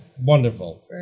wonderful